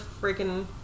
freaking